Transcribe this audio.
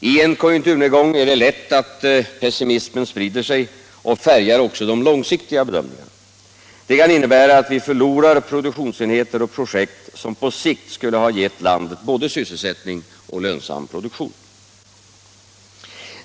I en konjunkturnedgång är det lätt hänt att pessimismen sprider sig och färgar också de långsiktiga bedömningarna. Det kan innebära att vi förlorar produktionsenheter och projekt som på sikt skulle ha gett landet både sysselsättning och lönsam produktion.